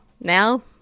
now